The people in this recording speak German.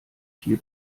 viel